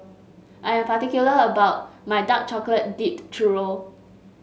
I am particular about my Dark Chocolate Dipped Churro